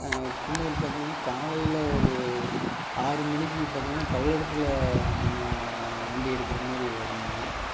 குன்னூர் பார்த்திங்கனா காலையில் ஒரு ஆறு மணிக்கு பார்த்திங்கனா பல்லடத்தில் நம்ம வண்டி எடுக்கிற மாதிரி வரணுங்க